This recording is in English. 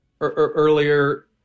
earlier